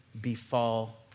befall